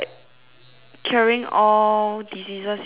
curing all diseases in the world